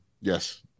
yes